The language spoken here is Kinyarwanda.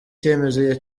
cyemezo